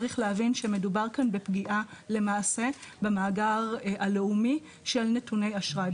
צריך להבין שמדובר כאן בפגיעה למעשה במאגר הלאומי של נתוני אשראי,